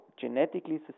genetically